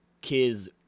kids